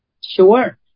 Sure